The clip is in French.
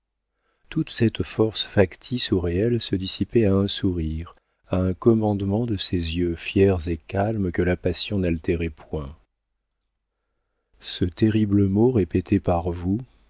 toute cette force factice ou réelle se dissipait à un sourire à un commandement de ses yeux fiers et calmes que la passion n'altérait point ce terrible mot répété par vous